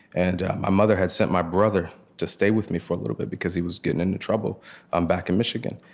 and my mother had sent my brother to stay with me for a little bit, because he was getting into trouble um back in michigan.